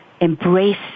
embrace